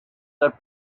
were